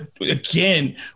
again